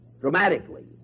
dramatically